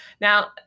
Now